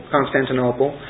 Constantinople